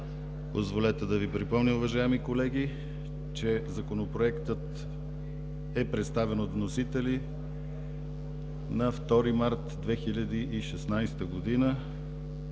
Позволете да Ви припомня, уважаеми колеги, че Законопроектът е представен от вносителите на 2 март 2016 г.